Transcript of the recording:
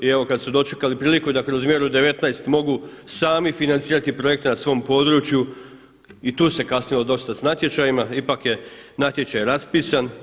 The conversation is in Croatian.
I evo kad su dočekali priliku da kroz mjeru 19 mogu sami financirati projekte na svom području i tu se kasnilo dosta sa natječajima, ipak je natječaj raspisan.